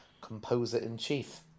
composer-in-chief